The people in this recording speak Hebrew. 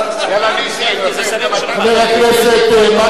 חבר הכנסת מקלב.